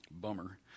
Bummer